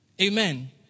Amen